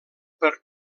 per